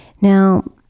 Now